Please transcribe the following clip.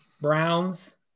Browns